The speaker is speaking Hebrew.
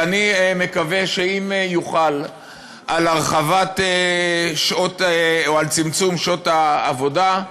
ואני מקווה שאם יוחלט על הרחבת או על צמצום שעות העבודה,